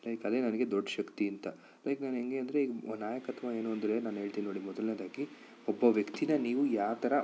like ಅದೇ ನನಗೆ ದೊಡ್ಡ ಶಕ್ತಿ ಅಂತ ಲೈಕ್ ನಾನು ಹೆಂಗೆ ಅಂದರೆ ನಾಯಕತ್ವ ಏನು ಅಂದರೆ ನಾನು ಹೇಳ್ತೀನಿ ನೋಡಿ ಮೊದಲನೇದಾಗಿ ಒಬ್ಬ ವ್ಯಕ್ತಿನ ನೀವು ಯಾವ ಥರ